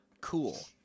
cool